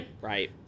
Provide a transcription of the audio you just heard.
Right